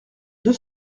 deux